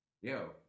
Yo